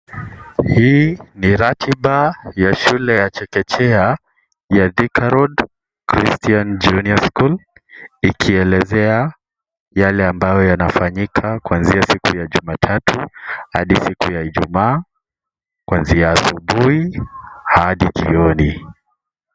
Hii ni ratiba ya shule ya chekechea ya Thika Road Christian Junior School, ikielezea yale ambayo yanafanyika kuanzia siku ya Jumatatu, hadi siku ya Ijumaa, kuanzia asubuhi, hadi jioni.